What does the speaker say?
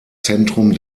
zentrum